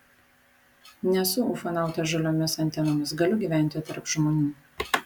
nesu ufonautas žaliomis antenomis galiu gyventi tarp žmonių